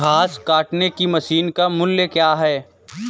घास काटने की मशीन का मूल्य क्या है?